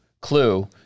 clue